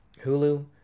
hulu